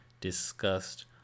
discussed